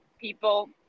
people